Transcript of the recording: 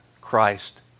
Christ